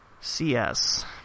CS